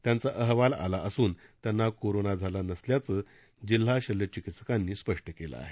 त्यांचा अहवाला आला असून त्यांना कोरोना झाला नसल्याचे जिल्हा शल्यचिकित्सकांनी स्पष्ट केले आहे